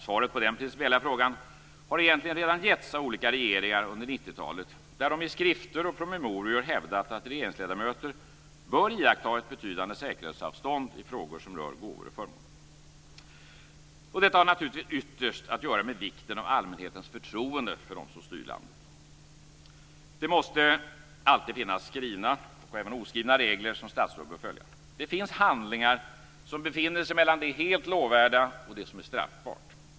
Svaret på den principiella frågan har egentligen redan getts av olika regeringar under 90-talet, där de i skrifter och promemorior hävdat att regeringsledamöter bör iaktta betydande säkerhetsavstånd i frågor som rör gåvor och förmåner. Detta har naturligtvis ytterst att göra med vikten av allmänhetens förtroende för dem som styr landet. Det måste alltid finnas skrivna och även oskrivna regler som statsråd bör följa. Det finns handlingar som befinner sig mellan det helt lovvärda och det som är straffbart.